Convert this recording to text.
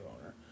owner